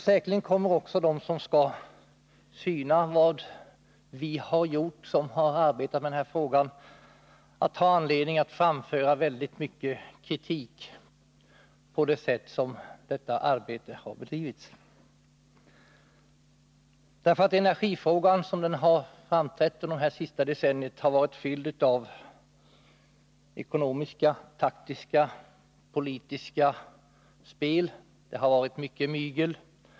Säkerligen kommer också de som skall syna vad vi har gjort som har arbetat med denna fråga att ha anledning att framföra väldigt mycken kritik mot det sätt på vilket detta arbete har bedrivits. Energifrågan, såsom den har framträtt under det senaste decenniet, har varit fylld av ekonomiska, taktiska, politiska spel. Det har varit mycket mygel.